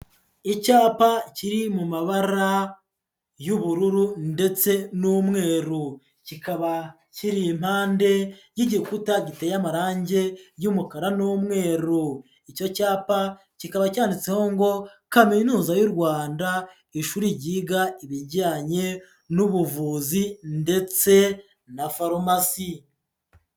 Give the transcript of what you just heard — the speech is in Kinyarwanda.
Icyapa kiri mu mabara y'ubururu ndetse n'umweru, kikaba kiri impande y'igikuta giteye amarange y'umukara n'umweru, icyo cyapa kikaba cyanditseho ngo Kaminuza y'u Rwanda ishuri ryiga ibijyanye n'ubuvuzi ndetse na farumasi.